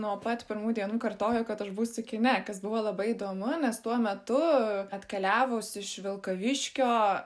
nuo pat pirmų dienų kartojo kad aš būsiu kine kas buvo labai įdomu nes tuo metu atkeliavus iš vilkaviškio